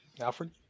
alfred